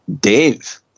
Dave